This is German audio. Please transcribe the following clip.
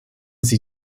sie